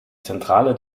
zentrale